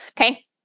Okay